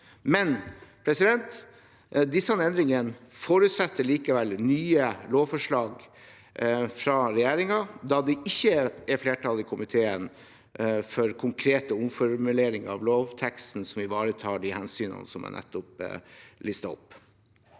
å nevne noe. Disse endringene forutsetter likevel nye lovforslag fra regjeringen, da det ikke er flertall i komiteen for konkrete omformuleringer av lovteksten som ivaretar de hensynene jeg nettopp listet opp.